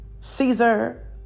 caesar